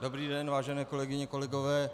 Dobrý den, vážené kolegyně, kolegové.